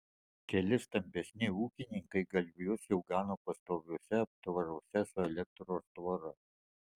keli stambesni ūkininkai galvijus jau gano pastoviuose aptvaruose su elektros tvora